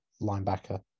linebacker